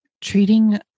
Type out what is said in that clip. Treating